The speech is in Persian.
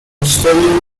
بیشتری